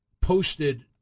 posted